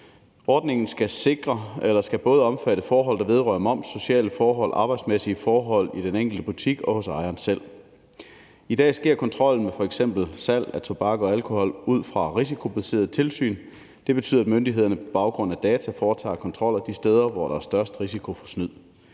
Ordningen skal både omfatte forhold, der vedrører moms, sociale forhold og arbejdsmæssige forhold i den enkelte butik og hos ejeren selv. I dag sker kontrollen med f.eks. salg af tobak og alkohol ud fra risikobaserede tilsyn. Det betyder, at myndighederne på baggrund af data foretager kontroller de steder, hvor der er størst risiko for snyd.